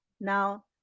Now